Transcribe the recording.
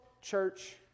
church